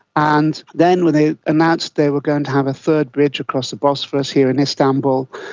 and then when they announced they were going to have a third bridge across the bosporus here in istanbul,